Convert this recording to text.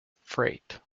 freight